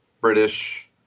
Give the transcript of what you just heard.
British